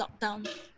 lockdown